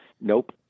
nope